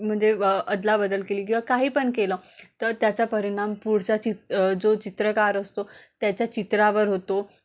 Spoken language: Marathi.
म्हणजे अ अदला बदल केली किंवा काही पण केलं तर त्याचा परिणाम पुढचा चित जो चित्रकार असतो त्याच्या चित्रावर होतो